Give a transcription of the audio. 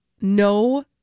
no